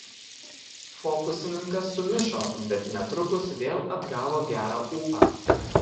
fokusininkas sumišo bet netrukus vėl atgavo gerą ūpą